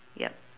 ya